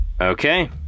Okay